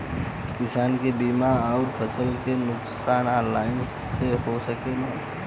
किसान के बीमा अउर फसल के नुकसान ऑनलाइन से हो सकेला?